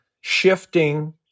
shifting